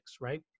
right